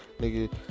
Nigga